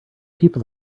people